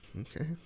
okay